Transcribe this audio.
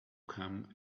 come